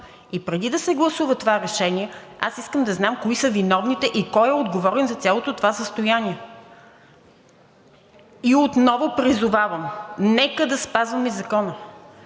И преди да се гласува това решение, аз искам да знам кои са виновните и кой е отговорен за цялото това състояние? Отново призовавам – нека да спазваме Закона.